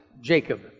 Jacob